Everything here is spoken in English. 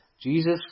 Jesus